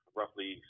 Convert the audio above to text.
roughly